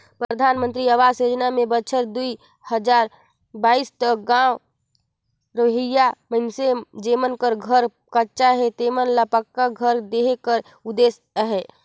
परधानमंतरी अवास योजना में बछर दुई हजार बाइस तक गाँव रहोइया मइनसे जेमन कर घर कच्चा हे तेमन ल पक्का घर देहे कर उदेस अहे